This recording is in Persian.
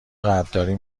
قدردانی